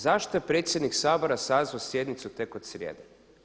Zašto je predsjednik Sabora sazvao sjednicu tek od srijede?